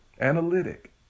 Analytic